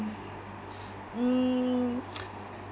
mm